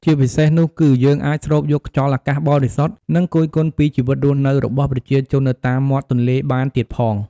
ជាពិសេសនោះគឺយើងអាចស្រូបយកខ្យល់អាកាសបរិសុទ្ធ និងគយគន់ពីជីវិតរស់នៅរបស់ប្រជាជននៅតាមមាត់ទន្លេបានទៀតផង ។